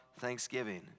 thanksgiving